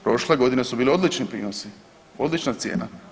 Prošle godine su bili odlični prinosi, odlična cijena.